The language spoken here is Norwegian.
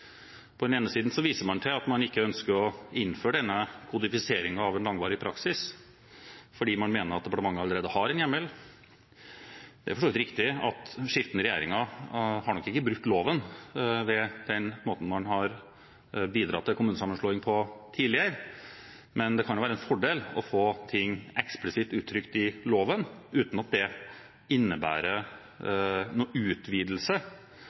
På den ene siden viser man til at man ikke ønsker å innføre denne kodifiseringen av en langvarig praksis fordi man mener at departementet allerede har en hjemmel. Det er for så vidt riktig at skiftende regjeringer nok ikke har brutt loven ved den måten man har bidratt til kommunesammenslåing på tidligere, men det kan være en fordel å få ting eksplisitt uttrykt i loven uten at det innebærer noen utvidelse